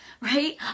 Right